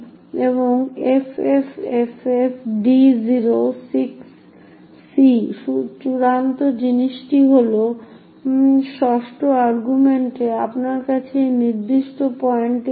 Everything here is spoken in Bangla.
সুতরাং আমাদের ক্ষেত্রে এই মানটি মূলত s এর এড্রেস যা এখানে উপস্থিত রয়েছে এবং তাই printf এই বার্তাটি গ্লোবাল ভেরিয়েবল s এর সাথে সঙ্গতিপূর্ণ করে প্রিন্ট করবে সুতরাং স্ক্রিনে যা দেখা যাচ্ছে তা নির্দিষ্ট জাঙ্ক হবে